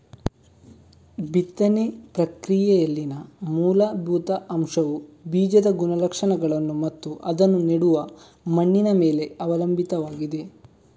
ಬಿತ್ತನೆ ಪ್ರಕ್ರಿಯೆಯಲ್ಲಿನ ಮೂಲಭೂತ ಅಂಶವುಬೀಜದ ಗುಣಲಕ್ಷಣಗಳನ್ನು ಮತ್ತು ಅದನ್ನು ನೆಡುವ ಮಣ್ಣಿನ ಮೇಲೆ ಅವಲಂಬಿತವಾಗಿದೆ